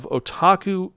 Otaku